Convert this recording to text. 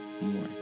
more